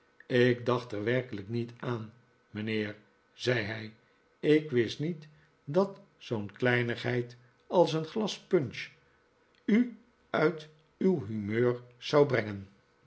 ik dacht er werkelijk niet aan mijnheer zei hij ik wist niet dat zoo'n kleinigheid als een glas punch u uit uw humeur zou brengen